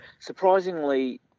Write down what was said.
Surprisingly